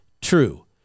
true